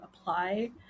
apply